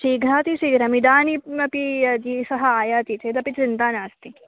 शीघ्रातिशीघ्रमिदानीमपि यदि सः आयाति चेदपि चिन्ता नास्ति